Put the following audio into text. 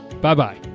Bye-bye